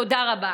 תודה רבה.